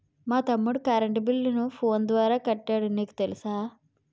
మా తమ్ముడు కరెంటు బిల్లును ఫోను ద్వారా కట్టాడు నీకు తెలుసా